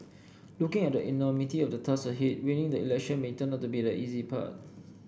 looking at the enormity of the tasks ahead winning the election may turn out to be the easy part